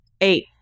Eight